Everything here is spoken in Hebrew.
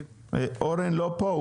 אורן לא פה?